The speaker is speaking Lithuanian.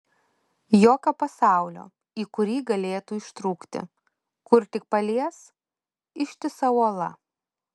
jokio pasaulio į kurį galėtų ištrūkti kur tik palies ištisa uola